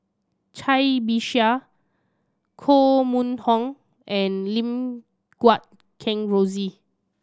Cai Bixia Koh Mun Hong and Lim Guat Kheng Rosie